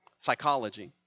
psychology